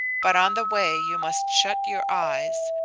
but on the way you must shut your eyes.